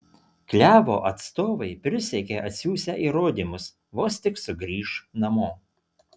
klevo atstovai prisiekė atsiųsią įrodymus vos tik sugrįš namo